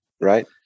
right